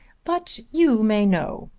but you may know.